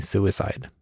Suicide